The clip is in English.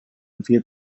via